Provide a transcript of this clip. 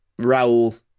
Raul